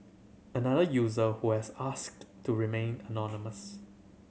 another user who has asked to remain anonymous